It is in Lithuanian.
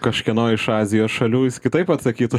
kažkieno iš azijos šalių jis kitaip atsakytų